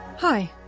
Hi